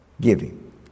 giving